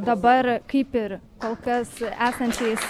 dabar kaip ir kol kas esančiais